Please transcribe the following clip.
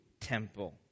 temple